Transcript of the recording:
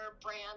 brand